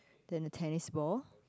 then the tennis ball